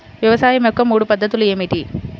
వ్యవసాయం యొక్క మూడు పద్ధతులు ఏమిటి?